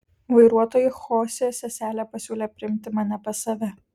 vairuotojui chosė seselė pasiūlė priimti mane pas save